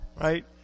right